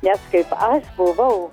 nes kaip aš buvau